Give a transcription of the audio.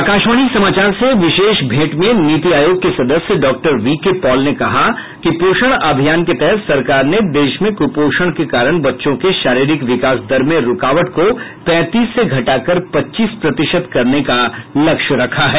आकाशवाणी समाचार से विशेष भेंट में नीति आयोग के सदस्य डॉक्टर वी के पॉल ने कहा कि पोषण अभियान के तहत सरकार ने देश में कुपोषण के कारण बच्चों के शारीरिक विकास दर में रूकावट को पैंतीस से घटाकर पच्चीस प्रतिशत करने का लक्ष्य रखा है